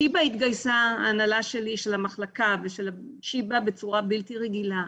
שיבא התגייסה ההנהלה שלי של המחלה ושל שיבא בצורה בלתי רגילה.